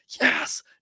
Yes